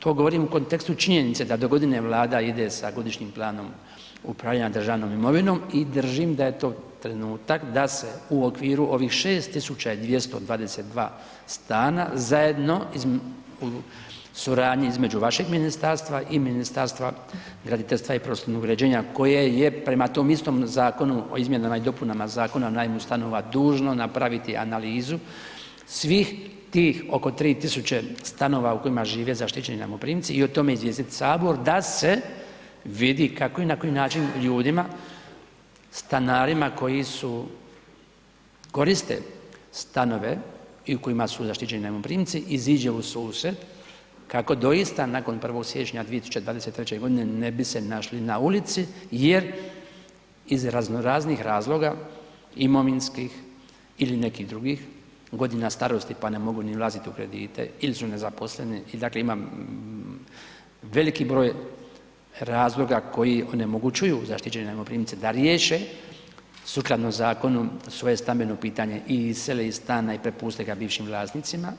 To govorim u kontekstu činjenice da do godine Vlada ide sa Godišnjim planom upravljanja državnom imovinom i držim da je to trenutak da se u okviru ovih 6 222 stana zajedno u suradnji između vašeg ministarstva i Ministarstva i prostornog uređenja, koje je prema tom istom Zakonu o izmjenama i dopunama Zakona o najmu stanova dužno napraviti analizu svih tih oko 3 tisuće stanova u kojima žive zaštićeni najmoprimci i o tome izvijestiti Sabor da se vidi kako i na koji način ljudima, stanarima koji su koriste stanove i u kojima su zaštićeni najmoprimci iziđe ususret kako doista nakon 1. siječnja 2023. godine ne bi se našli na ulici jer iz razno raznih razloga imovinskih ili nekih drugih, godina starosti, pa ne mogu ni ulaziti u kredite ili su nezaposleni i dakle imam veliki broj razloga koji onemogućene najmoprimce da riješe sukladno zakonu svoje stambeno pitanje i isele iz stana i prepuste ga bivšim vlasnicima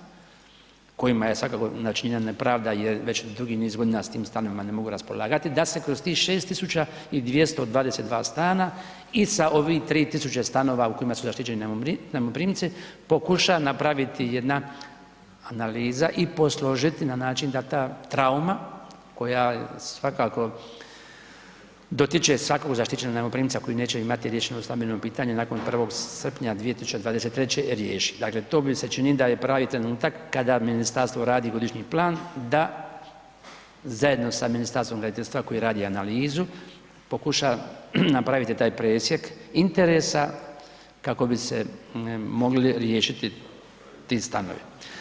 kojima je svakako načinjena nepravda jer već dugi niz godina s tim stanovima ne mogu raspolagati da se kroz tih 6 222 stana i sa ovih 3 tisuće stanova u kojima su zaštićeni najmoprimci pokuša napravit jedna analiza i posložiti na način da ta trauma koja svakako dotiče svakog zaštićenog najmoprimca koji neće imati riješeno stambeno pitanje nakon 1. srpnja 2023. je rješiv, dakle to mi se čini da je pravi trenutak kada ministarstvo radi godišnji plan, da zajedno sa Ministarstvom graditeljstva koje radi analizu, pokuša napraviti taj presjek interesa, kako bi se mogli riješiti ti stanovi.